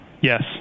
yes